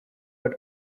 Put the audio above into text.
but